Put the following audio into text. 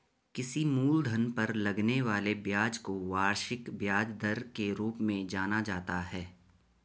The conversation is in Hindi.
किसी मूलधन पर लगने वाले ब्याज को वार्षिक ब्याज दर के रूप में जाना जाता है